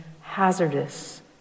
hazardous